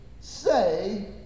Say